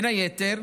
ובין היתר,